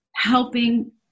Helping